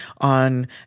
on